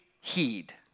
heed